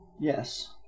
Yes